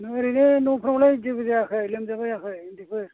नों ओरैनो न'फ्रावलाय जेबो जायाखै लोमजाबायाखै उन्दैफोर